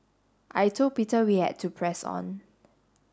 I told Peter we had to press on